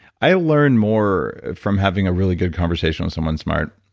i learn more from having a really good conversation with someone smart,